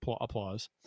applause